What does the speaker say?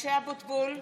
משה אבוטבול,